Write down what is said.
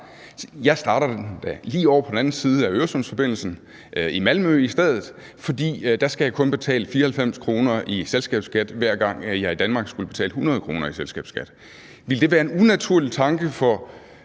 jeg starter den da lige ovre på den anden side af Øresundsforbindelsen, i Malmø, i stedet, for der skal jeg kun betale 94 kr. i selskabsskat, hver gang jeg i Danmark skal betale 100 kr. i selskabsskat? Ville det være en unaturlig tanke for